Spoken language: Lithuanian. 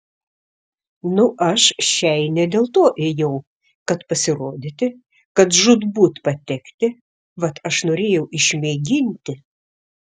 nu aš šiai ne dėl to ėjau kad pasirodyti kad žūtbūt patekti vat aš norėjau išmėginti